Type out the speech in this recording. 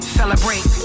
celebrate